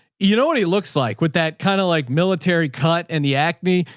you know what he looks like with that kind of like military cut and the acne.